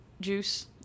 juice